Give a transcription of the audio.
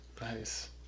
Nice